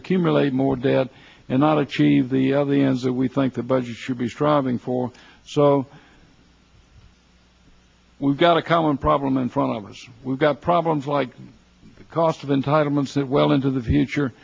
accumulate more debt and not achieve the of the ends that we think the budget should be striving for so we've got a common problem in front of us we've got problems like cost of entitlements that well into the future